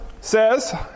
says